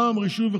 נכון.